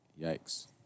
Yikes